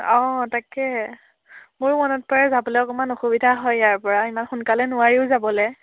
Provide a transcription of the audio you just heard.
অঁ তাকে মোৰো মনত পৰে যাবলৈ অকণমান অসুবিধা হয় ইয়াৰ পৰা ইমান সোনকালে নোৱাৰিও যাবলৈ